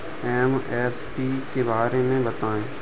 MSP के बारे में बतायें?